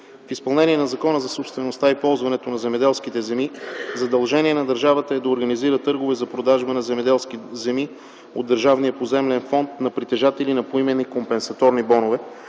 В изпълнение на Закона за собствеността и ползването на земеделските земи задължение на държавата е да организира търгове за продажба на земеделски земи от Държавния поземлен фонд на притежатели на поименни компенсаторни бонове,